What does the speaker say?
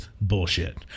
bullshit